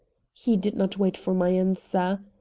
he did not wait for my answer.